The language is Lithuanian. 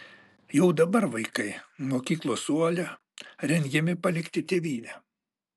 jau dabar vaikai mokyklos suole rengiami palikti tėvynę